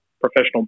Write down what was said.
professional